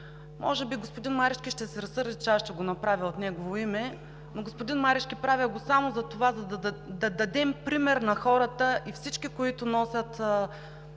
Може би господин Марешки ще се разсърди, че аз ще го направя от негово име, но, господин Марешки, правя го само затова да дадем пример на хората и на всички, които носят